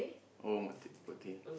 oh Mok Pok-Teh